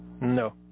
No